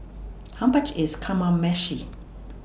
How much IS Kamameshi